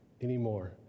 anymore